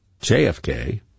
JFK